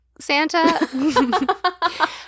Santa